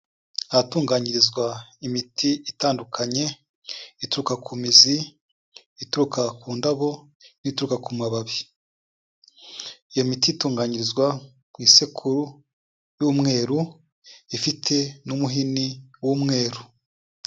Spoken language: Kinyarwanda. Ahatunganyirizwa imiti itandukanye, ituruka ku mizi, ituruka ku ndabo n’ituruka ku mababi. Iyo miti itunganyirizwa ku isekuru y'umweru ifite n'umuhini w'umweru.